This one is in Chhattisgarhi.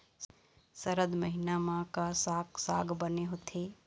सरद महीना म का साक साग बने होथे?